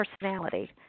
personality